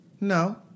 no